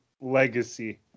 legacy